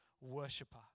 worshiper